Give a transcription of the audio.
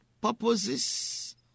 purposes